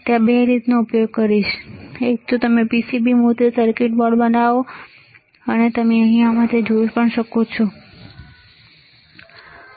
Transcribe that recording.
તો ત્યાં બે રીત છે એક તો તમે PCB મુદ્રિત સર્કિટ બોર્ડ બનાવો છો તમે અહીં આમાં જોઈ શકો છો ખરું ને